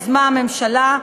יזמה הממשלה.